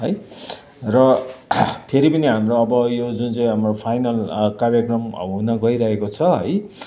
र फेरि पनि हाम्रो अब यो जुन चाहिँ हाम्रो फाइनल कार्यक्रम हुन गइरहेको छ है